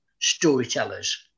storytellers